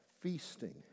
feasting